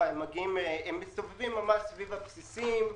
הם מסתובבים סביב הבסיסים,